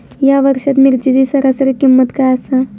या वर्षात मिरचीची सरासरी किंमत काय आसा?